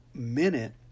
minute